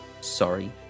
sorry